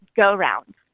go-round